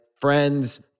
friends